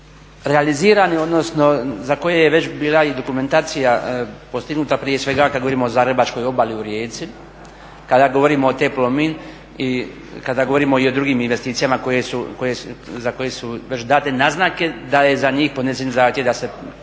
realizirani odnosno za koje je već bila i dokumentacija postignuta, prije svega kad govorimo o zagrebačkoj obali u Rijeci, kada govorimo o TE Plomin i kada govorimo i o drugim investicijama za koje su već date naznake da je za njih podnesen zahtjev da se